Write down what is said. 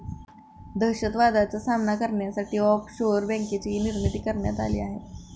दहशतवादाचा सामना करण्यासाठी ऑफशोअर बँकेचीही निर्मिती करण्यात आली आहे